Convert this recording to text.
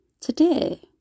Today